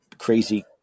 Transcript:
crazy